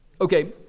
Okay